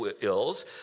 ills